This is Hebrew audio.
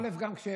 אני הייתי